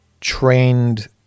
trained